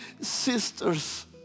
sisters